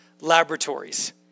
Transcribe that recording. laboratories